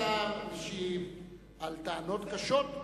השר השיב על טענות קשות,